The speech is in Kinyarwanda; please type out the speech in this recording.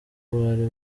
bari